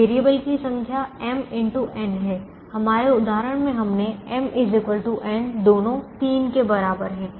variable की संख्या है हमारे उदाहरण में हमने m n दोनों 3 के बराबर है